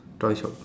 toy shop